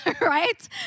right